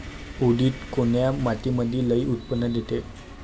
उडीद कोन्या मातीमंदी लई उत्पन्न देते?